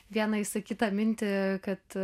vieną išsakytą mintį kad